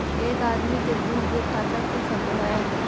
एक आदमी के दू गो खाता खुल सको है?